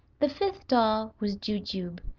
the fifth doll was jujube,